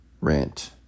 rent